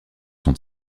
son